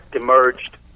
emerged